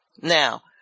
Now